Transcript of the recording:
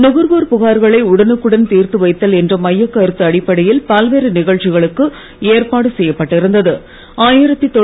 நுகர்வோர் புகார்களை உடனுக்குடன் தீர்த்து வைத்தல் என்ற மையக் கருத்து அடிப்படையில் பல்வேறு நிகழ்ச்சிகளுக்கு ஏற்பாடு செய்யப்பட்டு இருந்த்து